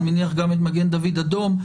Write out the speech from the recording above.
ואני מניח שגם את מגן דוד אדום.